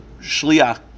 shliach